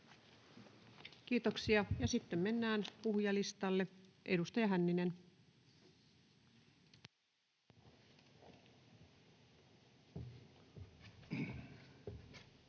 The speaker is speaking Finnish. Kiitoksia. — Ja sitten mennään puhujalistalle. Edustaja Hänninen.